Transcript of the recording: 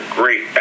great